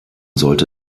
sollte